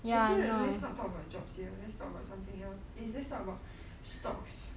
actually that let's not talk about jobs here let's talk about something else eh let's talk about stocks